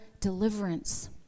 deliverance